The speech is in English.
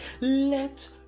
let